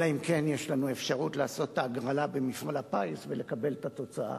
אלא אם כן יש לנו אפשרות לעשות הגרלה במפעל הפיס ולקבל התוצאה.